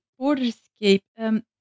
Borderscape